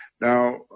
now